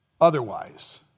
otherwise